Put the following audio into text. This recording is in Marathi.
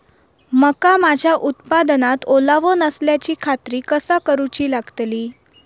मका माझ्या उत्पादनात ओलावो नसल्याची खात्री कसा करुची लागतली?